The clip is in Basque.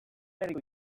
herriko